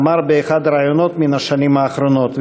אמר באחד הראיונות מן השנים האחרונות,